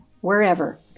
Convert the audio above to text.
wherever